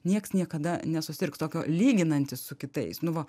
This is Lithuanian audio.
nieks niekada nesusirgs tokio lyginantis su kitais nu va